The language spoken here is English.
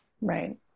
Right